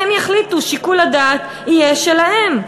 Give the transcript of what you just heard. הן יחליטו, שיקול הדעת יהיה שלהן.